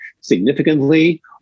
significantly